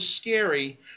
scary